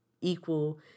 equal